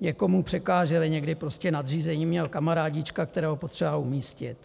někomu překáželi, někdy nadřízený měl kamarádíčka, kterého potřeboval umístit.